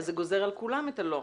זה גוזר על כולם את ה"לא".